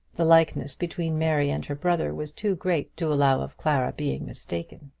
the likeness between mary and her brother was too great to allow of clara being mistaken.